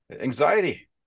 anxiety